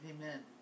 Amen